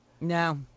No